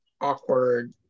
awkward